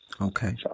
Okay